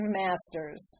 masters